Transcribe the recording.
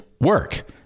work